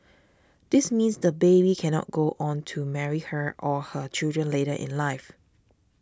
this means the baby cannot go on to marry her or her children later in life